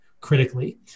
critically